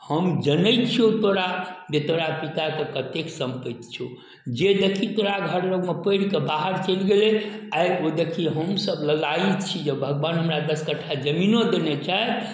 हम जानै छिऔ तोरा जे तोरा पिताके कतेक सम्पति छौ जे देखी तोरा घर लगमे पढ़िके बाहर चलि गेलै आइ ओ देखी हमहूँसभ ललायित छी भगवान हमरा दस कट्ठा जमीनो देने छथि